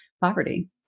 poverty